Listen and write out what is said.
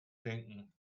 denken